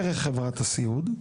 דרך חברת הסיעוד.